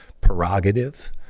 prerogative